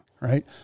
right